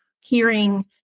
hearing